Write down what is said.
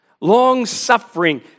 long-suffering